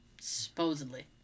Supposedly